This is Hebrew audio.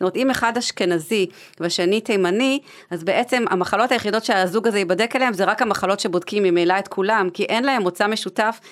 זאת אומרת אם אחד אשכנזי ושני תימני, אז בעצם המחלות היחידות שהזוג הזה ייבדק אליהם זה רק המחלות שבודקים ממילא את כולם, כי אין להם מוצא משותף.